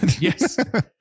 Yes